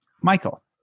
Michael